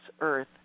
earth